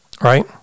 Right